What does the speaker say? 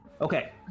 Okay